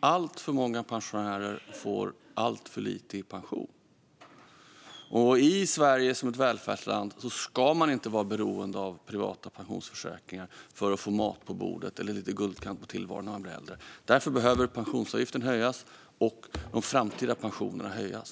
Alltför många pensionärer får alltför lite i pension. I ett välfärdsland som Sverige ska man inte vara beroende av privata pensionsförsäkringar för att få mat på bordet eller lite guldkant på tillvaron när man blir äldre. Därför behöver pensionsavgiften höjas och de framtida pensionerna höjas.